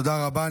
תודה רבה.